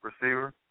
receiver